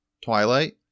Twilight